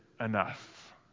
enough